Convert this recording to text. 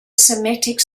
semitic